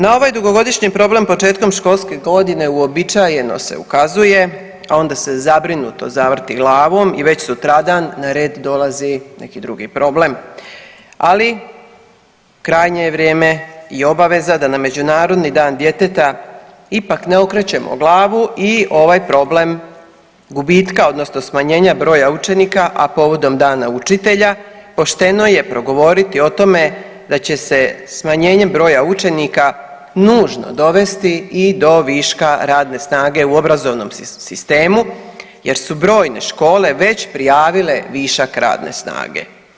Na ovaj dugogodišnji problem početkom školske godine uobičajeno se ukazuje, a onda se zabrinut zavrti glavom i već sutradan na red dolazi neki drugi problem, ali krajnje je vrijeme i obaveza da na Međunarodni dan djeteta ipak ne okrećemo glavu i ovaj problem gubitka odnosno smanjenja broja učenika, a povodom Dana učitelja pošteno je progovoriti o tome da će se smanjenjem broja učenika nužno dovesti i do viška radne snage u obrazovnom sistemu jer su brojne škole već prijavile višak radne snage.